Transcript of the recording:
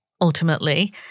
ultimately